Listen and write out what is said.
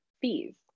fees